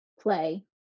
play